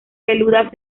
peludas